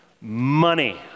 money